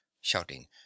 Shouting